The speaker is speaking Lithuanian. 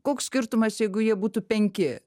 koks skirtumas jeigu jie būtų penki